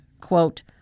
quote